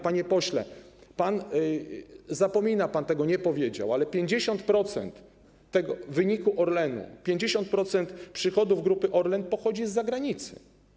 Panie pośle, pan zapomina, pan tego nie powiedział, ale 50% wyniku Orlenu, 50% przychodów Grupy Orlen pochodzi z zagranicy.